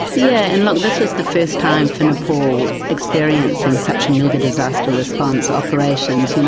yeah and like this was the first time for nepal experiencing such mega disaster response operations. you know,